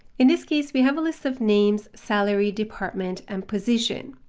in this case, we have a list of names, salary, department, and position.